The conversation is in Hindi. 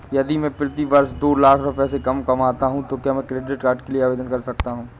यदि मैं प्रति वर्ष दो लाख से कम कमाता हूँ तो क्या मैं क्रेडिट कार्ड के लिए आवेदन कर सकता हूँ?